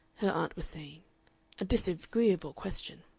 her aunt was saying a disagreeable question.